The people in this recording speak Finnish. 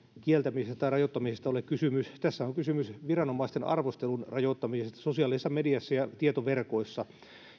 kieltämisestä tai rajoittamisesta ole kysymys tässä on kysymys viranomaisten arvostelun rajoittamisesta sosiaalisessa mediassa ja tietoverkoissa